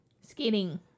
Skating